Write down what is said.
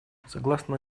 согласно